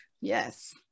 Yes